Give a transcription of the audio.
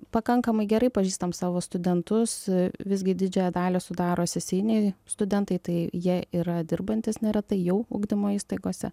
pakankamai gerai pažįstam savo studentus visgi didžiąją dalį sudaro sesijiniai studentai tai jie yra dirbantys neretai jau ugdymo įstaigose